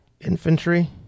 Infantry